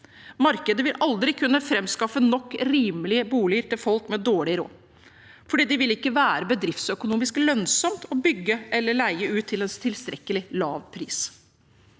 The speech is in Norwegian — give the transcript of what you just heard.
Markedet vil aldri kunne framskaffe nok rimelige boliger til folk med dårlig råd, for det vil ikke være bedriftsøkonomisk lønnsomt å bygge eller leie ut til en tilstrekkelig lav pris.